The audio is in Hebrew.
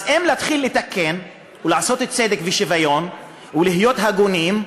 אז אם להתחיל לתקן ולעשות צדק ושוויון ולהיות הגונים,